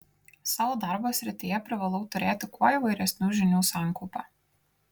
savo darbo srityje privalau turėti kuo įvairesnių žinių sankaupą